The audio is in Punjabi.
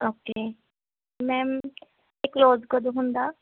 ਓਕੇ ਮੈਮ ਇਹ ਕਲੋਜ਼ ਕਦੋਂ ਹੁੰਦਾ